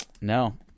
no